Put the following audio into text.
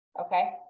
okay